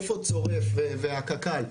איפה צורף והקק"ל,